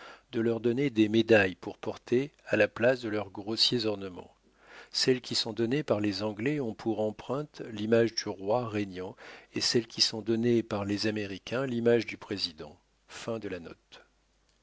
de leur donner des médailles pour porter à la place de leurs grossiers ornements celles qui sont données par les anglais ont pour émpreinte l'image du roi régnant et celles qui sont données par les américains l'image du président